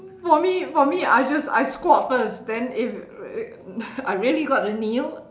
for me for me I just I squat first then if I really got to kneel